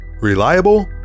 Reliable